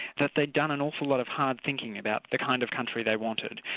that they'd done an awful lot of hard thinking about the kind of country they wanted,